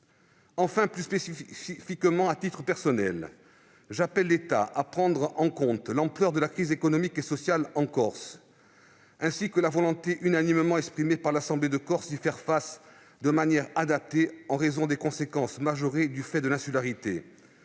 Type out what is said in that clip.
manière plus spécifique, j'appelle, à titre personnel, l'État à prendre en compte l'ampleur de la crise économique et sociale en Corse, ainsi que la volonté unanimement exprimée par l'Assemblée de Corse d'y faire face de manière adaptée, en raison des conséquences majorées de la crise